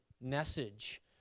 message